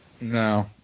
No